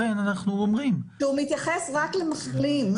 שזה חלק מהסמכות השיורית של מפקדי הכלא,